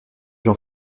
jean